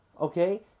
okay